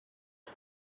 are